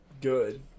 good